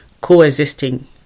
coexisting